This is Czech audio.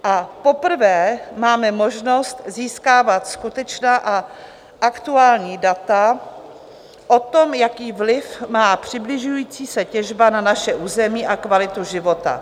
A poprvé máme možnost získávat skutečná a aktuální data o tom, jaký vliv má přibližující se těžba na naše území a kvalitu života.